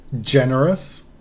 generous